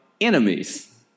enemies